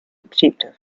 objective